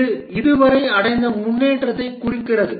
இது இதுவரை அடைந்த முன்னேற்றத்தைக் குறிக்கிறது